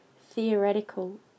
theoretical